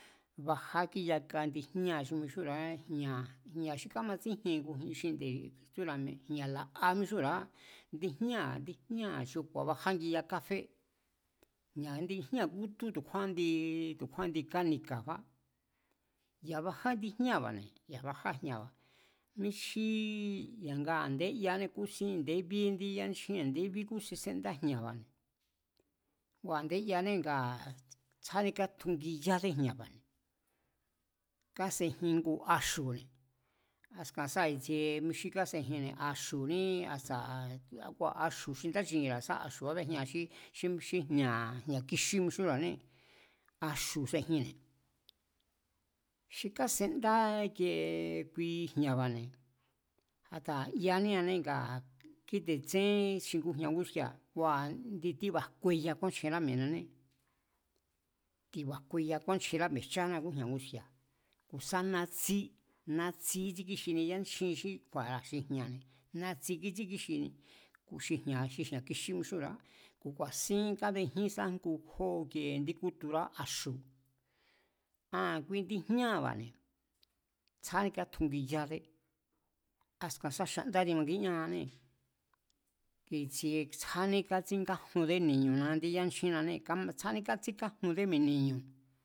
Bajá kíyaka indi jñaa̱ xi mixúnra̱a jña̱, jña̱ xi kámatsíjien xinde̱bi̱, xi tsúra̱ jña̱ la̱'a míxúnra̱á, indi jñáa̱ xi bajángi yakafé, jña̱, indi jñaa̱ kútú, tu̱kjúán indi kánika̱ kjúan, ya̱ bajá indi jñáa̱ba̱ne̱, ya̱ bajá jña̱ba̱. Míchjí ya̱nga a̱ndé yané kúsín a̱ndé bíé yánchjín a̱ndé bíé kúsin séndá jña̱ba̱ne̱, ngua̱ a̱ndé yaanée̱ ngaa̱ tsjádé kátungiyáde jña̱ba̱ kásejin ngu axu̱ne̱, askan sá i̱tsie mi xí kásejinne̱ a axu̱ní a sa̱ kua̱ axu̱ xi nda chiniera̱ sa xu̱ kabejian xí, xí jña̱ kixí mixúnra̱ané, axu̱ sejinne̱, xi kásendá kiee kui jña̱ba̱ne̱, a̱ta yaníanee̱ ngaa kíte̱ tsén xi ngujña̱ nguski̱a̱ ngua̱ indi tíba̱ jkueya kúáchjenrá mi̱e̱nané, ti̱ba̱ jkuya kúáchjenrá mi̱e̱jchána ngújña̱ nguski̱a̱, ku̱ sá natsí, natsi ítsíkíxini yanchji xí kju̱a̱ra̱ xi jña̱ne̱, natsi kítsíkíxini. Ku̱ xi jña̱ kixí mixúnra̱á, ku̱ ku̱a̱sín kábejín sá ngu jó ikiee ndí kúturá axu̱, a an kui indi jñáa̱ba̱ne̱, tsjádé kátungiyádé, askan sá xandá timakíñáanée̱, tsjádé kátsíngájundé ni̱ñu̱na índí yánchjínnanée̱, tsjádé katsínkájundé ni̱ñu̱